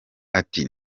ati